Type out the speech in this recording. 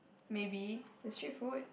maybe the street food